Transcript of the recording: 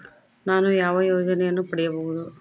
ನಾನು ಯಾವ ಯೋಜನೆಯನ್ನು ಪಡೆಯಬಹುದು?